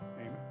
Amen